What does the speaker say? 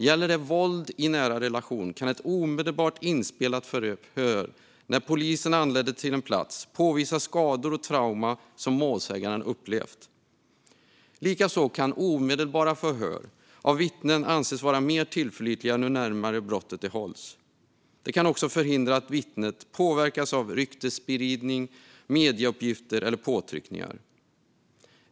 Gäller det våld i nära relation kan ett omedelbart inspelat förhör när polisen anländer till en plats påvisa skador och trauman som målsäganden upplevt. Likaså kan omedelbara förhör av vittnen anses vara mer tillförlitliga ju närmare brottet de hålls. Det kan också förhindra att vittnet påverkas av ryktesspridning, medieuppgifter eller påtryckningar.